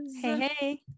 hey